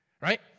right